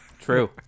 true